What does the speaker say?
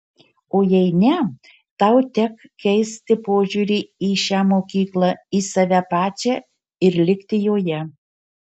o jei ne tau tek keisti požiūrį į šią mokyklą į save pačią ir likti joje